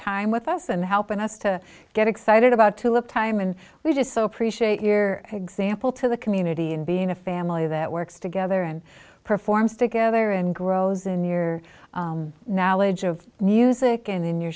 time with us and helping us to get excited about to look time and we just so appreciate your example to the community and being a family that works together and performs together and grows in your knowledge of music and in you